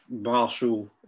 Marshall